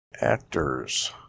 Actors